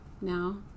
now